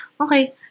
Okay